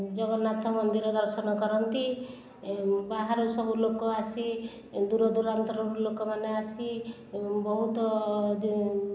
ଜଗନ୍ନାଥ ମନ୍ଦିର ଦର୍ଶନ କରନ୍ତି ବାହାରୁ ସବୁ ଲୋକ ଆସି ଦୂରଦୂରାନ୍ତରୁ ଲୋକମାନେ ଆସି ବହୁତ ଯେଉଁ